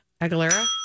Aguilera